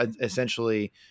essentially